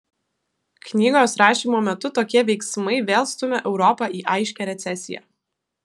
knygos rašymo metu tokie veiksmai vėl stumia europą į aiškią recesiją